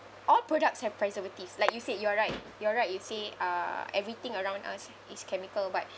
all products have preservatives like you said you're right you're right you say uh everything around us is chemical but